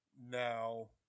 now